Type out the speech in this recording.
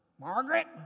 Margaret